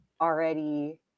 already